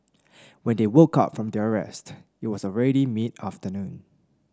when they woke up from their rest it was ready mid afternoon